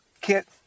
Kit